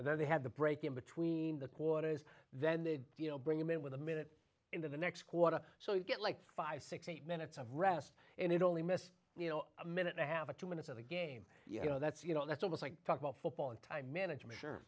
and then they have the break in between the quarters then they you know bring them in with a minute into the next quarter so you get like five six eight minutes of rest and it only missed you know a minute and a half of two minutes of the game you know that's you know that's almost like talk about football and time management sure